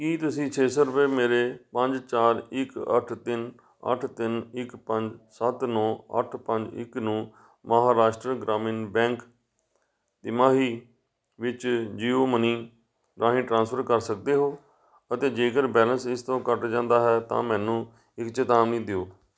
ਕੀ ਤੁਸੀਂਂ ਛੇ ਸੌ ਰੁਪਏ ਮੇਰੇ ਪੰਜ ਚਾਰ ਇੱਕ ਅੱਠ ਤਿੰਨ ਅੱਠ ਤਿੰਨ ਇੱਕ ਪੰਜ ਸੱਤ ਨੌ ਅੱਠ ਪੰਜ ਇੱਕ ਨੂੰ ਮਹਾਰਾਸ਼ਟਰ ਗ੍ਰਾਮੀਣ ਬੈਂਕ ਤਿਮਾਹੀ ਵਿੱਚ ਜੀਓ ਮਨੀ ਰਾਹੀਂ ਟ੍ਰਾਂਸਫਰ ਕਰ ਸਕਦੇ ਹੋ ਅਤੇ ਜੇਕਰ ਬੈਲੇਂਸ ਇਸ ਤੋਂ ਘੱਟ ਜਾਂਦਾ ਹੈ ਤਾਂ ਮੈਨੂੰ ਇੱਕ ਚੇਤਾਵਨੀ ਦਿਓ